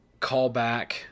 callback